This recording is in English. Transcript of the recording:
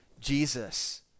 Jesus